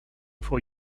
for